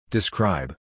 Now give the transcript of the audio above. Describe